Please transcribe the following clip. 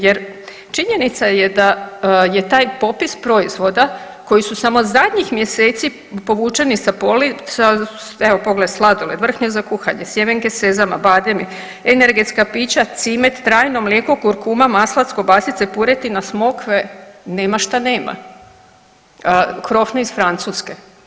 Jer činjenica je da je taj popis proizvoda koji su samo zadnjih mjeseci povučeni sa polica, evo pogle sladoled, vrhnje za kuhanje, sjemenke sezama, bademi, energetska pića, cimet, trajno mlijeko, kurkuma, maslac, kobasice, puretina, smokve, nema šta nema, krofne iz Francuske.